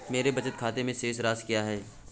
मेरे बचत खाते में शेष राशि क्या है?